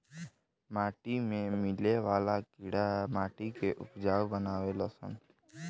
माटी में मिले वाला कीड़ा माटी के उपजाऊ बानावे लन सन